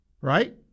Right